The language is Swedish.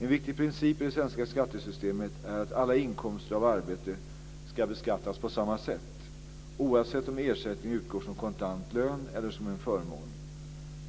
En viktig princip i det svenska skattesystemet är att alla inkomster av arbete skall beskattas på samma sätt, oavsett om ersättningen utgår som kontant lön eller som en förmån.